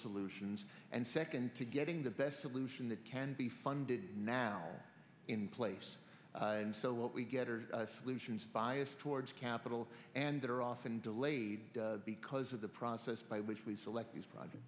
solutions and second to getting the best solution that can be funded now in place and so what we get are solutions biased towards capital and that are often delayed because of the process by which we select these pro